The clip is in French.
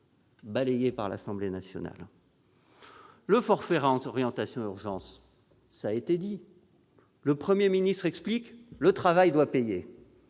balayée par l'Assemblée nationale. Le forfait de réorientation des urgences a déjà été évoqué. Le Premier ministre explique que le travail doit payer.